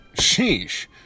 Sheesh